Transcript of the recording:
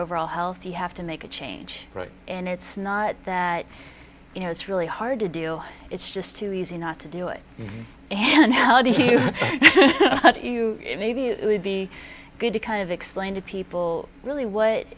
overall health you have to make a change and it's not that you know it's really hard to deal it's just too easy not to do it and how do you you maybe it would be good to kind of explain to people really what